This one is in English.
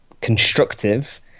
constructive